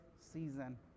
season